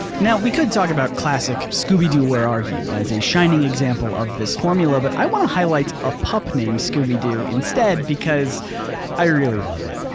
now we could talk about classic scooby-doo, where are you! as a shining example of this formula but i wanna highlight a pup named scooby-doo instead because i really love it.